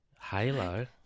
Halo